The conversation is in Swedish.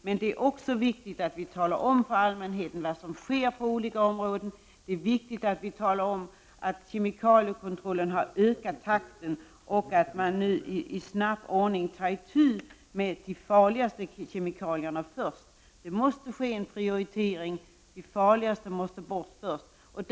Men det är också viktigt att vi talar om för allmänheten vad som sker på olika områden, att kemikaliekontrollen har ökat takten och att man nu snabbt tar itu med de farligaste kemikalierna först. Det är viktigt att man prioriterar så att de farligaste kemikalierna kommer bort först.